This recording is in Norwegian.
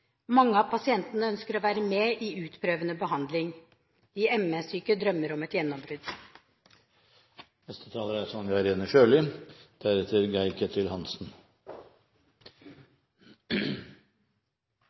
Mange av pasientene ønsker å være med i utprøvende behandling. De ME-syke drømmer om et gjennombrudd. Det er